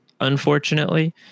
unfortunately